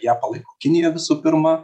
ją palaiko kinija visų pirma